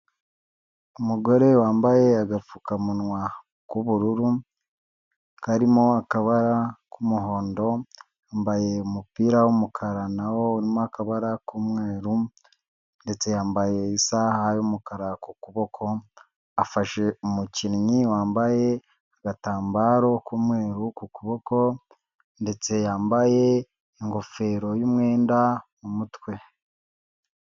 Umugore wambaye agapfukamunwa k'ubururu, karimo akabara k'umuhondo, yambaye umupira w'umukara na wo urimo akabara k'umweru, ndetse yambaye isaha y'umukara ku kuboko, afashe umukinnyi wambaye agatambaro k'umweru ku kuboko, ndetse yambaye ingofero y'umwenda mu mutwe.